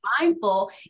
mindful